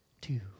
two